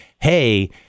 hey